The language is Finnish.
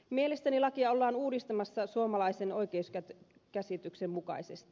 mielestäni lakia ollaan uudistamassa suomalaisen oikeuskäsityksen mukaisesti